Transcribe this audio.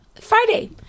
friday